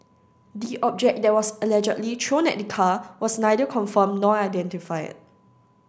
the object that was allegedly thrown at the car was neither confirmed nor identified